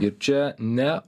ir čia ne